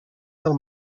del